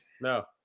No